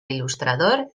il·lustrador